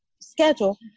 schedule